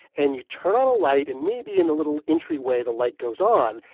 and you turn on a light. and maybe in the little entryway the light goes on,